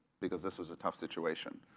because this was a tough situation.